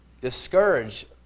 discourage